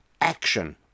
action